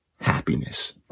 happiness